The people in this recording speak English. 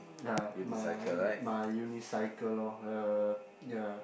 ya my my unicycle lor uh